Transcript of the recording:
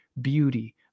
beauty